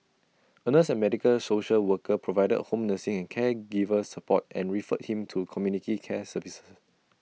A nurse and medical social worker provided home nursing caregiver support and referred him to community care services